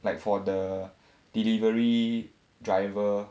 like for the delivery drivers